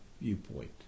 viewpoint